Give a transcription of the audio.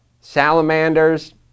salamanders